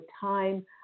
time